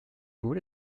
wurde